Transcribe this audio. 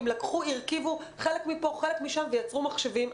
לקחו והרכיבו חלק מפה וחלק משם ויצרו מחשבים.